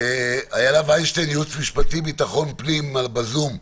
איילה וינשטיין, ייעוץ משפטי ביטחון הפנים בזום,